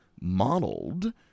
modeled